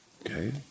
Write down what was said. Okay